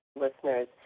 listeners